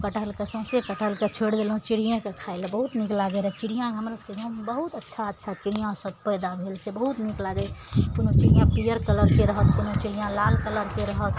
कटहलके सौँसे कटहलके छोड़ि देलहुँ चिड़ियेँके खा लै बहुत नीक लागय रहय चिड़ियाँ हमर सभके गाममे बहुत अच्छा अच्छा चिड़ियाँ सभ पैदा भेल छै बहुत नीक लागइए कोनो चिड़ियाँ पीयर कलरके रहत कोनो चिड़ियाँ लाल कलरके रहत